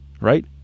right